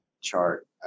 chart